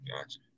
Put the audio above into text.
gotcha